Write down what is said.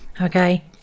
Okay